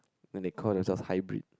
then they call themselves hybrid